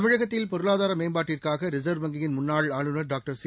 தமிழகத்தில் பொருளாதார மேம்பாட்டுக்காக ரிசர்வ் வங்கியின் முன்னாள் ஆளுநர் டாக்டர் சி